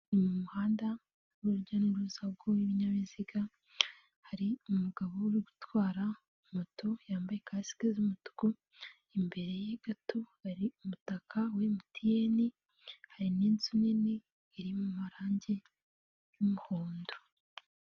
Mu muhanda w'urujya n'uruza rw'ibinyabiziga, hari umugabo uri gutwara moto yambaye kasike z'umutuku, imbere ye gato hari umutaka wa MTN, hari n'inzu nini iri mu marange y'umuhondo.